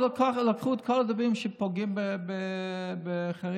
לקחו את כל הדברים שפוגעים בחרדים.